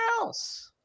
else